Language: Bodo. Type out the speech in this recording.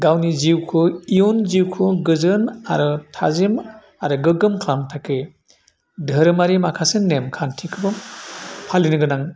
गावनि जिउखौ इयुन जिउखौ गोजोन आरो थाजिम आरो गोगोम खालामनो थाखै धोरोमारि माखासे नेम खान्थिखौ फालिनो गोनां